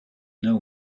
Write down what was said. know